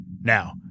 Now